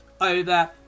over